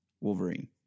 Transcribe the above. wolverine